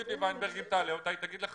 אם תעלה את ציפי ויינברג היא תגיד לך